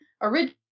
original